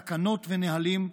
תקנות ונהלים,